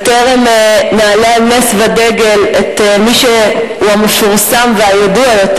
בטרם נעלה על נס ודגל את מי שהוא המפורסם והידוע יותר,